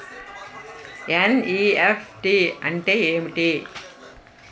NEFT అంటే ఎంటి?